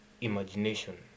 imagination